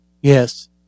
yes